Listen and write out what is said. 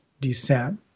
descent